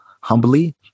humbly